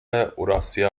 اوراسیا